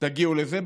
תגיעו לזה.